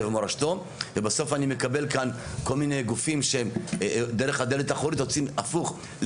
ומורשתו ובסוף אני מקבל כאן כל מיני גופים שדרך הדלת האחורית רוצים הפוך,